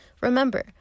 Remember